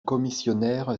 commissionnaire